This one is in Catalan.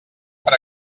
per